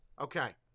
Okay